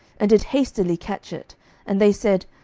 and did hastily catch it and they said,